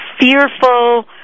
fearful